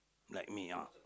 like me ah